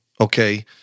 okay